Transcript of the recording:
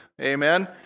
Amen